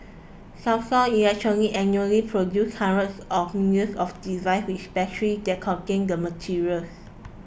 Samsung Electronics annually produces hundreds of millions of devices with batteries that contain the materials